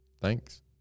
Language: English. thanks